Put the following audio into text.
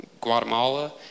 Guatemala